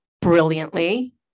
brilliantly